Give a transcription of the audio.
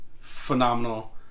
phenomenal